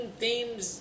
themes